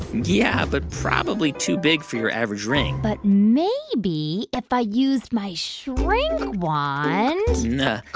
yeah, but probably too big for your average ring but maybe if i used my shrink wand no,